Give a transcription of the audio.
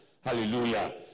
Hallelujah